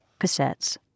Cassettes